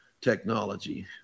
technology